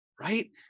right